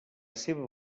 seva